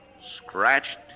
Scratched